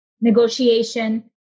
negotiation